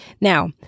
Now